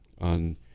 on